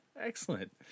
excellent